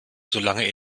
solange